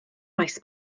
maes